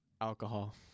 Alcohol